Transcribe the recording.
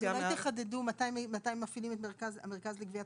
אז אולי תחדדו מתי מפעילים את המרכז לגביית